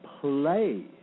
play